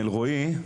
אלרועי,